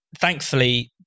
thankfully